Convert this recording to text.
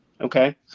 Okay